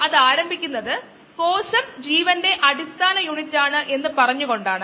അത് വളരെ ശക്തമാണ് ലളിതവും എന്നാൽ ശക്തവുമാണ്